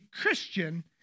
Christian